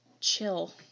chill